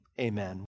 Amen